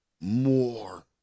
more